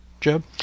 Jeb